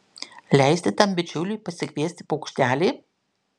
leisti tam bičiuliui pasikviesti paukštelį